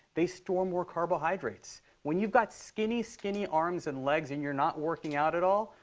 they store more carbohydrates. when you've got skinny, skinny arms and legs and you're not working out at all,